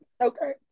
Okay